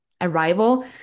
arrival